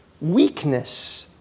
weakness